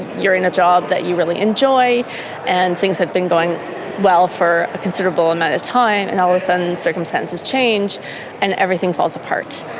you're in a job that you really enjoy and things have been going well for a considerable amount of time, and all of a sudden circumstances change and everything falls apart.